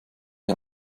wir